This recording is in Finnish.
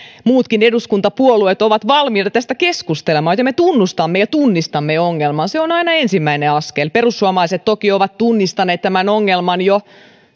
muutkin eduskuntapuolueet ovat valmiita tästä keskustelemaan ja me tunnustamme ja tunnistamme ongelman se on aina ensimmäinen askel perussuomalaiset toki ovat tunnistaneet tämän ongelman jo